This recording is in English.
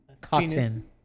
Cotton